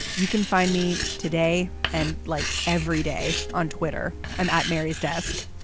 you can find me today and like every day on twitter, i'm at mary's desk.